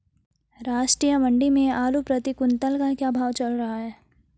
राष्ट्रीय मंडी में आलू प्रति कुन्तल का क्या भाव चल रहा है?